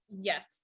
Yes